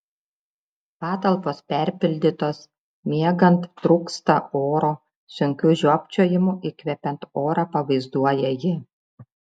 patalpos perpildytos miegant trūksta oro sunkiu žiopčiojimu įkvepiant orą pavaizduoja ji